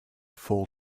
fall